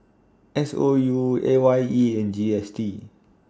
S O U A Y E and G S T